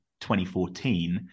2014